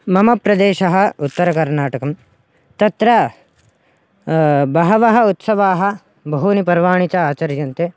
मम प्रदेशः उत्तरकर्नाटकं तत्र बहवः उत्सवाः बहूनि पर्वाणि च आचर्यन्ते